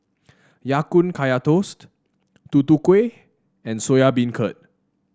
Ya Kun Kaya Toast Tutu Kueh and Soya Beancurd